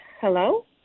Hello